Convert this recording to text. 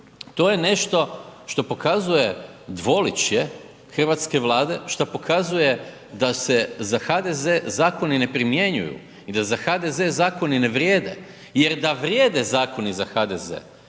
to je nešto što pokazuje dvoličje hrvatske Vlade, što pokazuje da se za HDZ zakoni ne primjenjuju i da za HDZ zakoni ne vrijede jer da vrijede zakoni za HDZ,